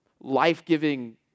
life-giving